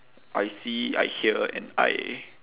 I see I hear and I